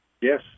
Yes